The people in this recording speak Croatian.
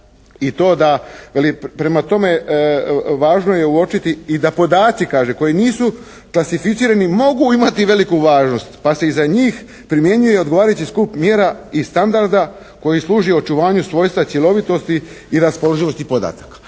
i to, veli prema tome važno je uočiti i da podaci kaže koji nisu klasificirani mogu imati veliku važnost pa se i za njih primjenjuje odgovarajući skup mjera i standarda koji služi očuvanju svojstva cjelovitosti i raspoloživosti podataka.